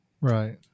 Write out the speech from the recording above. Right